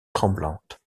tremblante